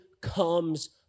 comes